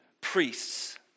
priests